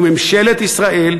וממשלת ישראל,